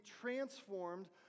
transformed